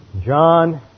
John